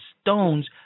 stones